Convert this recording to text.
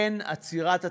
כן, עצירת התיירים,